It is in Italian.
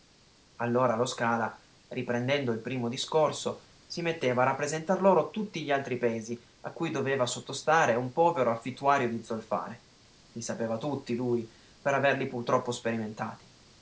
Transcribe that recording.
allora lo scala riprendendo il primo discorso si metteva a rappresentar loro tutti gli altri pesi a cui doveva sottostare un povero affittuario di zolfare i sapeva tutti lui per averli purtroppo sperimentati